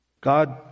God